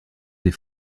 des